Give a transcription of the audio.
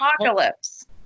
Apocalypse